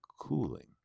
cooling